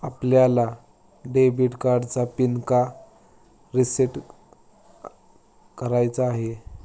आपल्याला डेबिट कार्डचा पिन का रिसेट का करायचा आहे?